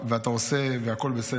ואתה עושה והכול בסדר,